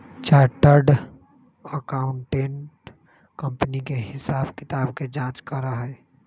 chartered accountant company के हिसाब किताब के जाँच करा हई